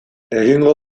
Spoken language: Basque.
egingo